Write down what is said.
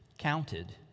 counted